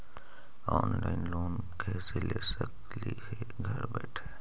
Online loan कैसे ले सकली हे घर बैठे?